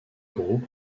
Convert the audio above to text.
groupe